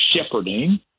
shepherding